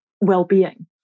well-being